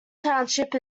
township